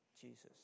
Jesus